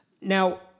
Now